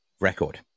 record